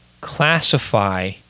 classify